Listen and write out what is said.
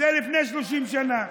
זה לפני 30 שנה.